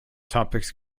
topics